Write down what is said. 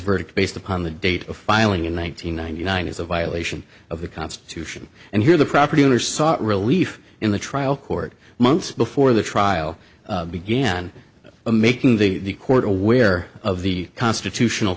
verdict based upon the date of filing in one nine hundred ninety nine is a violation of the constitution and here the property owner sought relief in the trial court months before the trial began making the court aware of the constitutional